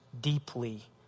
deeply